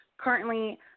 currently